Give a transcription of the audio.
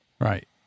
Right